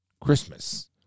Christmas